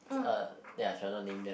uh ya cannot name ya